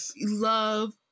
love